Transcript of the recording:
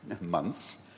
months